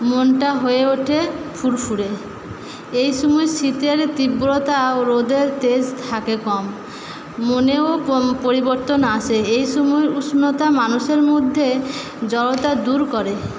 মনটা হয়ে ওঠে ফুরফুরে এই সময় শীতের তীব্রতা ও রোদের তেজ থাকে কম মনেও কম পরিবর্তন আসে এই সময় উষ্ণতা মানুষের মধ্যে জড়তা দূর করে